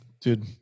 dude